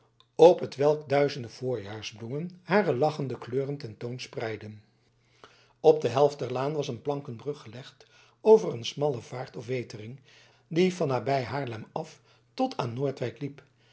op hetwelk duizenden voorjaarsbloemen hare lachende kleuren ten toon spreidden op de helft der laan was een plankenbrug gelegd over een smalle vaart of wetering die van nabij haarlem af tot aan noordwijk liep